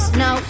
no